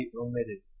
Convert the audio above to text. omitted